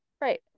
Right